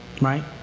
Right